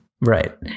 Right